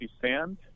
sand